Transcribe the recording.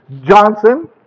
Johnson